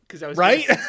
Right